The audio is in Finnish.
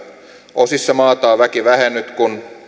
osissa maata on väki vähennyt kun